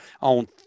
on